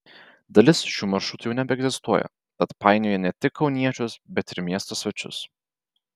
dalis šių maršrutų jau nebeegzistuoja tad painioja ne tik kauniečius bet ir miesto svečius